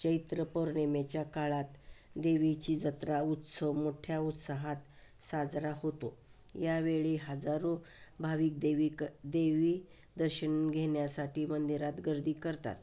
चैत्र पौर्णिमेच्या काळात देवीची जत्रा उत्सव मोठ्या उत्साहात साजरा होतो यावेळी हजारो भाविक देवी क देवी दर्शन घेण्यासाठी मंदिरात गर्दी करतात